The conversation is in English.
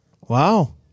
Wow